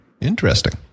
Interesting